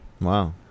Wow